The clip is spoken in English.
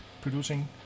producing